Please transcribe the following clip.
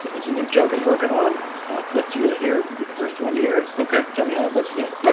it's a new joke and working on let you you ah hear you'd be the first one to hear it, okay? tell me but what you think all right.